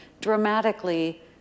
dramatically